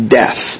death